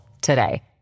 today